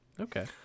Okay